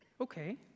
okay